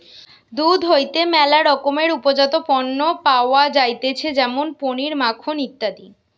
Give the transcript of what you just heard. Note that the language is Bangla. দুধ হইতে ম্যালা রকমের উপজাত পণ্য পাওয়া যাইতেছে যেমন পনির, মাখন ইত্যাদি